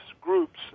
groups